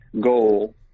goal